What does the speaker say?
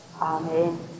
Amen